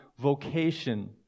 vocation